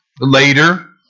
later